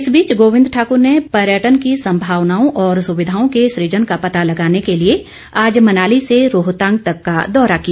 इस बीच गोविंद ठाकुर ने पर्यटन की सम्भावनाओं और सुविधाओं के सुजन का पता लगाने के लिए आज मनाली से रोहतांग तक का दौरा किया